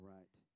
right